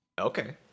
Okay